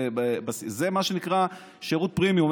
זה מה שנקרא שירות פרימיום,